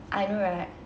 I know right